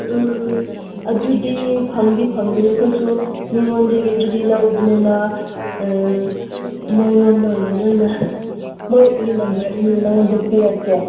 ꯎꯝ ꯑꯗꯨꯗꯤ ꯐꯪꯗꯤ ꯐꯪꯒꯅꯤ ꯑꯩꯈꯣꯏꯁꯨ ꯃꯤꯉꯣꯟꯗꯒꯤ ꯑꯗꯨꯗꯤ ꯂꯧꯕꯅꯤꯅ ꯑꯥ ꯃꯣꯏꯉꯣꯟꯗ ꯑꯣꯏꯅ ꯅꯣꯏꯅ ꯃꯣꯏꯒꯤ ꯅꯝꯕꯔ ꯑꯩ ꯅꯪꯉꯣꯟꯗ ꯄꯤꯔꯛꯀꯦ